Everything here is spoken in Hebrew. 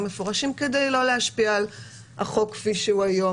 מפורשים כדי לא להשפיע על החוק כפי שהוא היום,